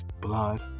blood